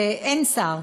אין שר,